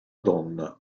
donna